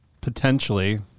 Potentially